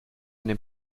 n’est